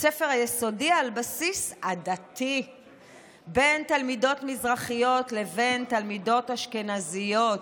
ספר יסודי על בסיס עדתי בין תלמידות מזרחיות לבין תלמידות אשכנזיות.